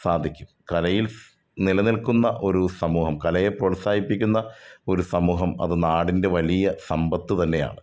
സാധിക്കും കലയിൽ നിലനിൽക്കുന്ന ഒരു സമൂഹം കലയെ പ്രോൽസാഹിപ്പിക്കുന്ന ഒരു സമൂഹം അത് നാടിൻ്റെ വലിയ സമ്പത്ത് തന്നെയാണ്